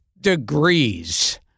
Degrees